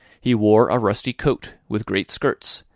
he wore a rusty coat, with great skirts,